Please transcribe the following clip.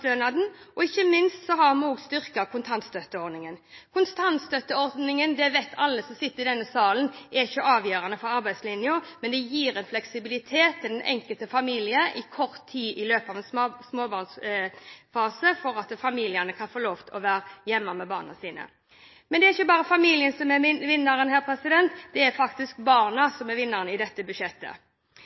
engangsstønaden, og ikke minst har vi styrket kontantstøtteordningen. Kontantstøtteordningen – det vet alle som sitter i denne salen – er ikke avgjørende for arbeidslinjen, men det gir en fleksibilitet til den enkelte familie over kort tid, i løpet av en småbarnsfase, slik at familiene kan få være hjemme med barna sine. Men det er ikke bare familien som er vinneren her, barna er også vinnere i dette budsjettet.